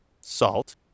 salt